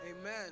Amen